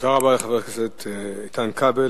תודה רבה לחבר הכנסת איתן כבל.